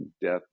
death